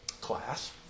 class